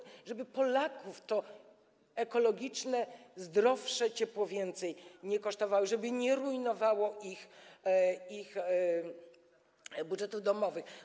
Chodzi o to, żeby Polaków to ekologiczne, zdrowsze ciepło więcej nie kosztowało, żeby nie rujnowało ich budżetów domowych.